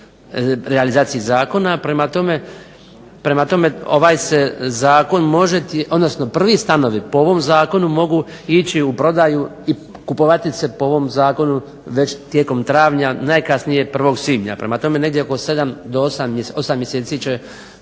realizaciji zakona. Prema tome, prvi stanovi po ovom zakonu mogu ići u prodaju i kupovati se po ovom zakonu već tijekom travnja najkasnije 1. svibnja. Prema tome, negdje 7 do 8 mjeseci će